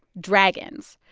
dragons.